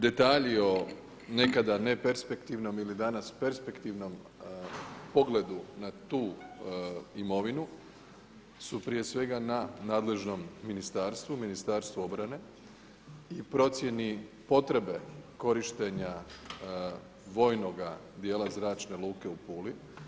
Detalji o nekada neperspektivnom ili danas perspektivnom pogledu na tu imovinu, su prije svega na nadležnom ministarstvu, Ministarstvu obrane i procjeni potrebe korištenja vojnoga dijela zračne luke u Puli.